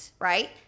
right